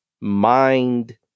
mind